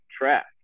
track